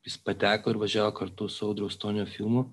jis pateko ir važiavo kartu su audriaus stonio filmu